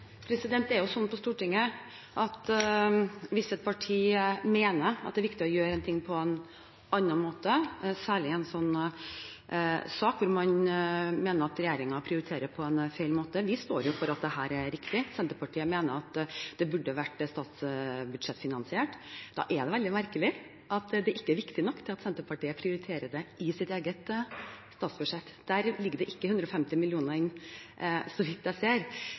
Det er slik på Stortinget at hvis et parti mener at det er viktig å gjøre noe på en annen måte, særlig i en sak hvor man mener at regjeringen prioriterer på en feil måte – vi står jo for at dette er riktig, Senterpartiet mener at det burde vært statsbudsjettfinansiert – er det veldig merkelig at det ikke er viktig nok til at Senterpartiet prioriterer det i sitt eget statsbudsjett. Der ligger det ikke 150 mill. kr, så vidt jeg ser.